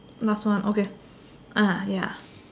last one okay ah ya